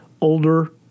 older